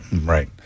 right